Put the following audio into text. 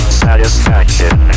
satisfaction